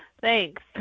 Thanks